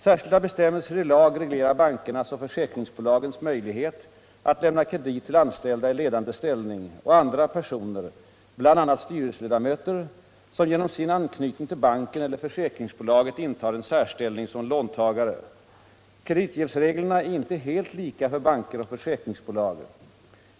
Särskilda bestämmelser i lag reglerar bankernas och försäkringsbolagens möjlighet att lämna kredit till anställda i ledande ställning och andra personer, bl.a. styrelseledamöter, som genom sin anknytning till banken eller försäkringsbolaget intar en särställning som låntagare. Kreditjävsreglerna är inte helt lika för banker och försäkringsbolag.